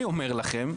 אני אומר לכם,